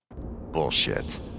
bullshit